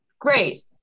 great